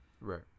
Right